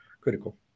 critical